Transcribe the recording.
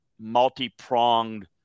multi-pronged